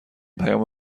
پیام